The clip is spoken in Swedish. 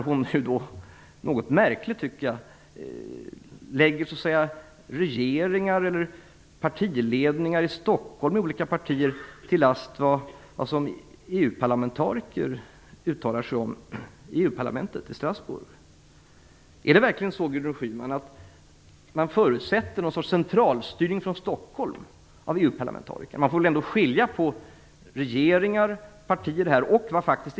Hon ställer något märkligt regeringar eller partiledningar i Stockholm till svars för vad EU parlamentariker uttalar sig om i EU-parlamentet i Är det verkligen så, Gudrun Schyman, att man förutsätter något slags centralstyrning från Stockholm av EU-parlamentariker? Man får väl ändå skilja på regeringar, partier och EU-parlamentet!